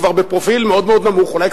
כבר בפרופיל מאוד מאוד נמוך,